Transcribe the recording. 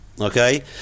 okay